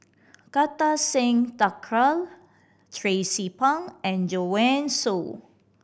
Kartar Singh Thakral Tracie Pang and Joanne Soo